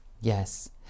Yes